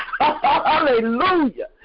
Hallelujah